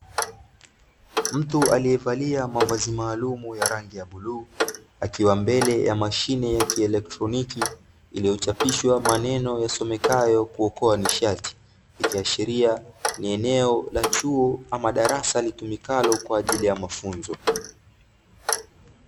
Mtu aliyevalia mavazi maalumu ya rangi ya bluu, akiwa mbele ya mashine ya kielekroniki, iliyochapishwa maneno yasomekayo 'kuokoa nishati', ikiashiria ni eneo la chuo ama darasa litumikalo kwa ajili ya mafunzo.